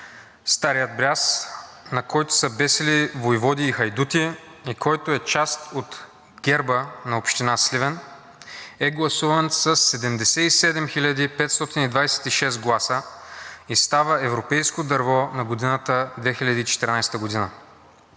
„Стария бряст“, на който са бесили войводи и хайдути и който е част от герба на община Сливен, е гласуван със 77 хил. 526 гласа и става „Европейско дърво на годината 2014 г.“